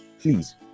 Please